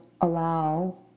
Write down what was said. allow